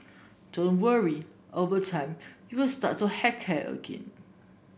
don't worry over time you will start to heck care again